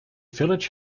village